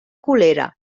colera